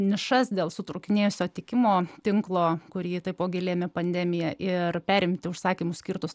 nišas dėl sutrūkinėjusio tiekimo tinklo kurį taipogi lėmė pandemija ir perimti užsakymus skirtus